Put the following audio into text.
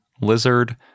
lizard